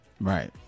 Right